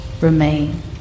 remain